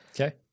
Okay